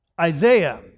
Isaiah